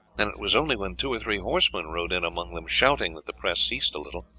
and it was only when two or three horsemen rode in among them shouting, that the press ceased a little.